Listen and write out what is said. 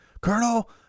colonel